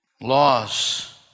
laws